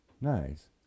Nice